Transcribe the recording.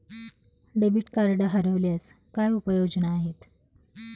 Debit card हरवल्यास काय उपाय योजना आहेत?